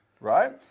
right